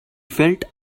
felt